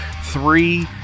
three